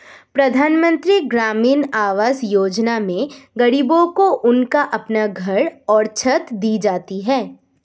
प्रधानमंत्री ग्रामीण आवास योजना में गरीबों को उनका अपना घर और छत दी जाती है